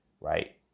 right